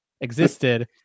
existed